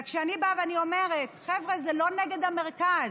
אני באה ואני אומרת, חבר'ה, זה לא נגד המרכז.